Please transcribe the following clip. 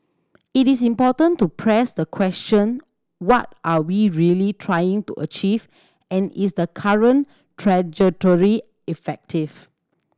it is important to press the question what are we really trying to achieve and is the current trajectory effective